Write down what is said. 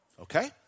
Okay